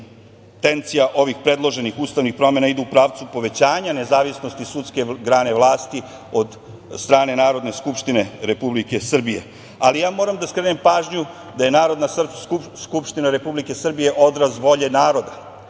Intencija ovih predloženih ustavnih promena idu u pravcu povećanja nezavisnosti sudijske grane vlasti, od strane Narodne skupštine Republike Srbije. Moram da skrenem pažnju da je Narodna skupština Republike Srbije odraz volje naroda,